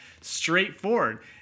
straightforward